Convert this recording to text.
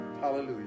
Hallelujah